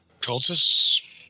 Cultists